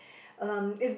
um if